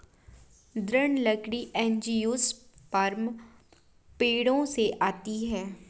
दृढ़ लकड़ी एंजियोस्पर्म पेड़ों से आती है